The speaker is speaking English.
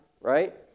right